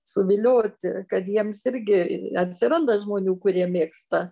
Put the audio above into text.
suvilioti kad jiems irgi atsiranda žmonių kurie mėgsta